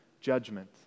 judgment